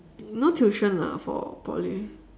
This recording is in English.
no tuition lah for poly